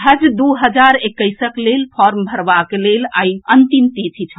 हज दू हजार एक्कैसक लेल फार्म भरबाक लेल आइ अंतिम तिथि छल